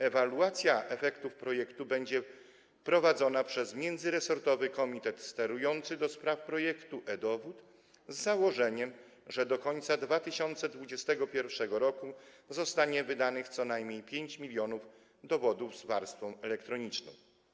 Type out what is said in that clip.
Ewaluacja efektów projektu będzie prowadzona przez międzyresortowy Komitet Sterujący do spraw Projektu e-Dowód z założeniem, że do końca 2021 r. zostanie wydanych co najmniej 5 mln dowodów z warstwą elektroniczną.